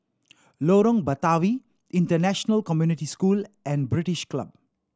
Lorong Batawi International Community School and British Club